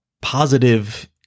positive